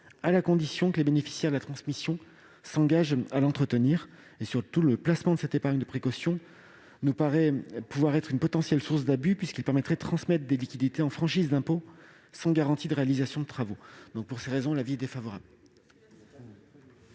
à la condition que les bénéficiaires de la transmission s'engagent à l'entretenir. Surtout, le placement de cette épargne de précaution me paraît pouvoir être une potentielle source d'abus puisqu'il permettrait de transmettre des liquidités en franchise d'impôt sans garantie de réalisation des travaux. Pour toutes ces raisons, j'émets un avis défavorable.